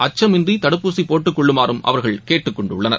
அச்சமின்றிதடுப்பூசிபோட்டுக்கொள்ளுமாறுஅவர்கள் கேட்டுக்கொண்டுள்ளனர்